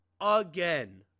again